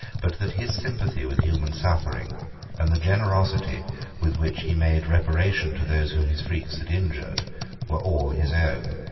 but that his sympathy with human suffering and the generosity with which he made reparation to those whom his freaks had injured were all his own.